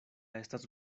estas